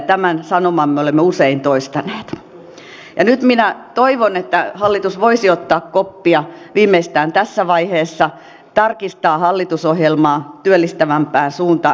tämän sanoman me olemme usein toistaneet ja nyt minä toivon että hallitus voisi ottaa koppia viimeistään tässä vaiheessa tarkistaa hallitusohjelmaa työllistävämpään suuntaan